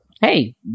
hey